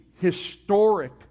historic